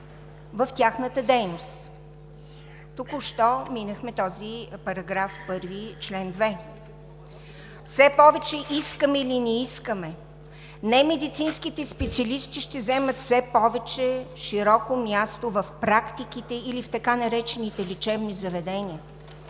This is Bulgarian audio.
в тяхната дейност. Току-що минахме този § 1, чл. 2. Все повече искаме или не искаме немедицинските специалисти ще заемат все по-широко място в практиките или в така наречените лечебни заведения,